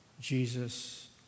Jesus